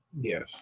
Yes